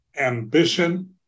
ambition